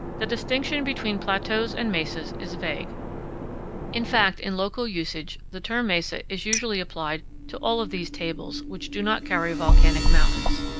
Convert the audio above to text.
the distinction between plateaus and mesas is vague in fact, in local usage the term mesa is usually applied to all of these tables which do not carry volcanic mountains.